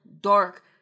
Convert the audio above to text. dark